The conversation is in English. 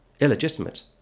illegitimate